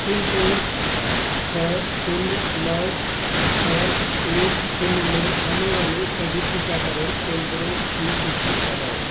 pin code छः शून्य नौ छः एक शून्य में आने वाले सभी टीकाकरण केंद्रो की सूची बनाएँ